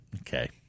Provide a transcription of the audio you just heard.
okay